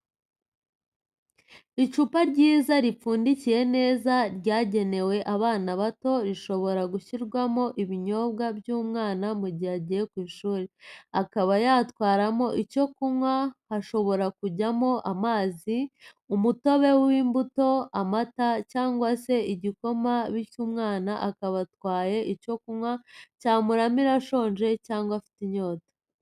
Icupa ryiza ripfundikiye neza ryagenewe abana bato rishobora gushyirwamo ibinyobwa by'umwana mu gihe agiye ku ishuri, akaba yatwaramo icyo kunywa hashobora kujyamo amazi, umutobe w'imbuto, amata cyangwa se igikoma bityo umwana akaba atwaye icyo kunywa cyamuramira ashonje cyangwa afite inyota.